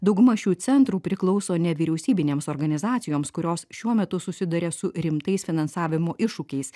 dauguma šių centrų priklauso nevyriausybinėms organizacijoms kurios šiuo metu susiduria su rimtais finansavimo iššūkiais